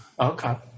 Okay